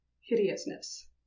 hideousness